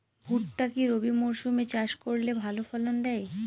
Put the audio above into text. ভুট্টা কি রবি মরসুম এ চাষ করলে ভালো ফলন দেয়?